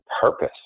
purpose